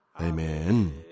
Amen